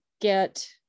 get